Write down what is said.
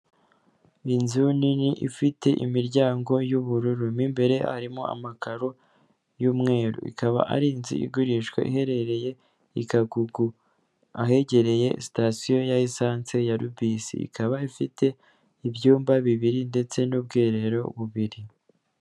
N'inzu nini ifite imiryango y'ubururu, mo imbere harimo amakaro y'umweru, ikaba ari inzu igurishwa, iherereye i Kagugu ahegereye sitasiyo ya lisansi ya rubisi, ikaba ifite ibyumba bibiri ndetse n'ubwiherero bubiri.